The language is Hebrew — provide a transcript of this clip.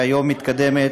שהיום מתקדמת,